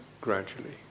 gradually